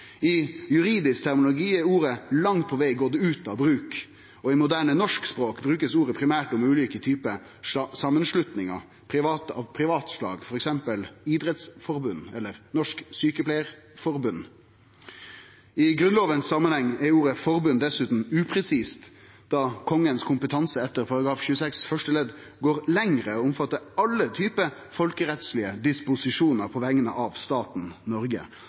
I juridisk terminologi er ordet langt på veg gått ut av bruk, og i moderne norsk språk blir ordet brukt primært om ulike typar private samanslutningar, f.eks. idrettsforbund og Norsk Sykepleierforbund. I samanheng med Grunnlova er ordet «forbund» dessutan upresist, da Kongens kompetanse etter § 26 første ledd går lenger og omfattar alle typar folkerettslege disposisjonar på vegner av staten Noreg.